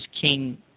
King